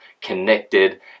connected